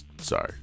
sorry